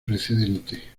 precedente